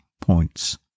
points